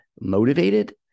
motivated